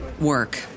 work